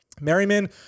Merriman